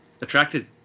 attracted